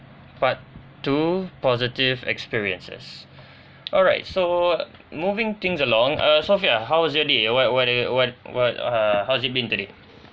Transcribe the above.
part two positive experiences alright so moving things along uh percent how was your day uh what what do you what what uh how's it been today